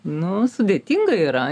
nu sudėtinga yra